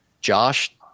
josh